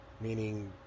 meaning